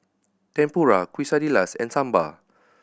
Tempura Quesadillas and Sambar